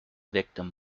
victim